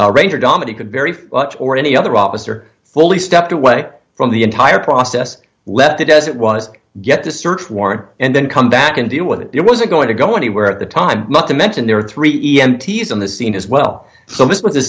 ranger domany could very or any other officer fully stepped away from the entire process let it doesn't want to get the search warrant and then come back and deal with it it wasn't going to go anywhere at the time not to mention there are three e m t is on the scene as well so this was a